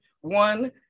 One